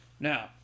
Now